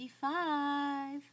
Five